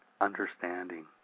understanding